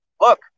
look